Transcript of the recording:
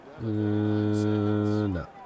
No